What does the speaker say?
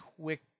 quick